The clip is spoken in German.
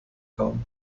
kaum